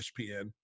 ESPN